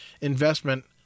investment